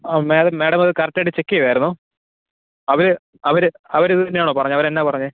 ആ മേഡം മേഡമത് കറകറ്റായിട്ട് ചെക്ക് ചെയ്തായിരുന്നോ അത് അവർ അവർ ഇത് തന്നെയാണോ പറഞ്ഞത് അവരെന്നാ പറഞ്ഞത്